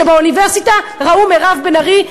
כשבאוניברסיטה ראו מירב בן ארי,